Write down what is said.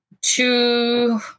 two